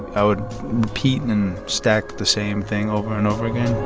i would repeat and stack the same thing over and over again